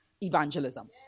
evangelism